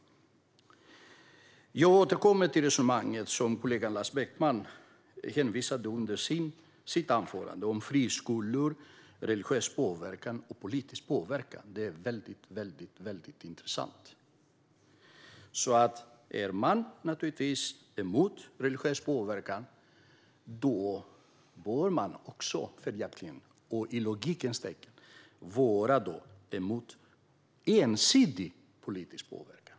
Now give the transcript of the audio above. Jag vill återkomma till det resonemang som kollegan Lars Beckmans förde under sitt anförande, om friskolor, religiös påverkan och politisk påverkan. Detta är mycket intressant. Om man är emot religiös påverkan bör man följaktligen, i logikens tecken, vara emot ensidig politisk påverkan.